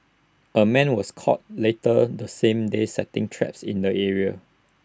A man was caught later the same day setting traps in the area